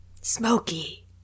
Smoky